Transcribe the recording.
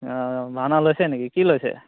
অঁ ভাওনা লৈছে নেকি কি লৈছে